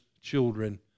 children